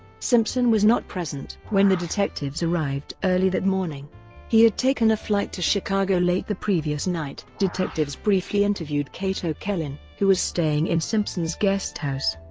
simpson was not present when the detectives arrived early that morning he had taken a flight to chicago late the previous night. detectives briefly interviewed kato kaelin, who was staying in simpson's guest house.